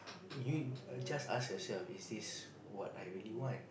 you just ask yourself is that what I really want